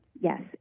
Yes